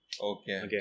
Okay